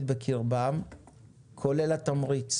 בוקר טוב.